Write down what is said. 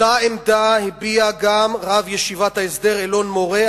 אותה עמדה הביע גם רב ישיבת ההסדר אלון-מורה,